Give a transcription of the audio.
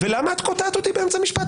למה את קוטעת אותי באמצע משפט?